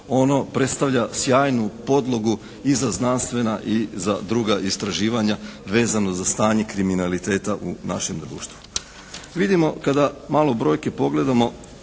ono predstavlja sjajnu podlogu i za znanstvena i za druga istraživanja vezano za stanje kriminaliteta u našem društvu.